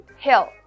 Hill